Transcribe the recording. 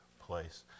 place